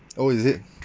oh is it